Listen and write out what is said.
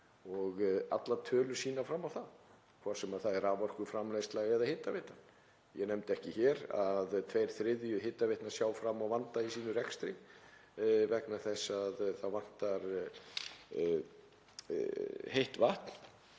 og allar tölur sýna fram á það, hvort sem það er raforkuframleiðsla eða hitaveitan. Ég nefndi ekki hér að tveir þriðju hitaveitna sjá fram á vanda í sínum rekstri vegna þess að það vantar heitt vatn.